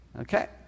Okay